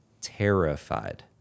terrified